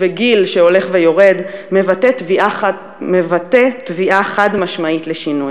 וגיל שהולך ויורד מבטאים תביעה חד-משמעית לשינוי.